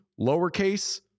lowercase